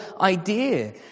idea